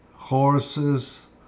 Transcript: Horses